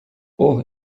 اُه